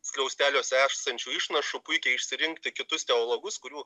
skliausteliuose esančių išnašų puikiai išsirinkti kitus teologus kurių